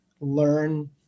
learn